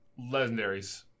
Legendaries